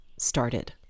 started